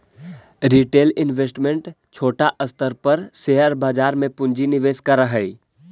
retail investor छोटा स्तर पर शेयर बाजार में पूंजी निवेश करऽ हई